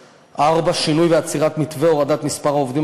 4. שינוי ועצירת מתווה הורדת מספר העובדים